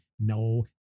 No